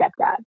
stepdad